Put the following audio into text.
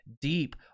deep